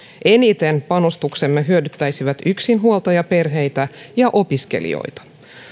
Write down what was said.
eniten panostuksemme hyödyttäisivät yksinhuoltajaperheitä ja opiskelijoita